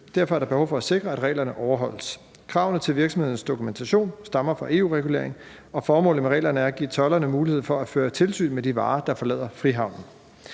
Derfor er der behov for at sikre, at reglerne overholdes. Kravene til virksomhedernes dokumentation stammer fra EU-regulering, og formålet med reglerne er at give tolderne mulighed for at føre tilsyn med de varer, der forlader Frihavnen.